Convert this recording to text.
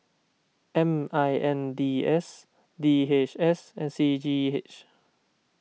M I N D S D H S and C G H